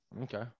Okay